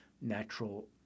natural